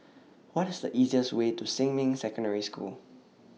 What IS The easiest Way to Xinmin Secondary School